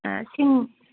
ꯑꯥ ꯁꯤꯡ